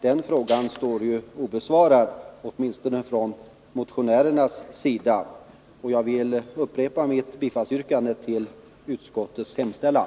Den frågan har motionärerna inte besvarat. Jag upprepar mitt yrkande om bifall till utskottets hemställan.